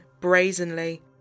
brazenly